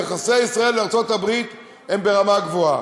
יחסי ישראל ארצות-הברית הם ברמה גבוהה,